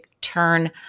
turn